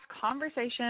conversation